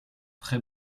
très